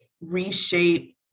reshape